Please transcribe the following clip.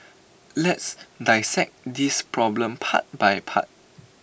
let's dissect this problem part by part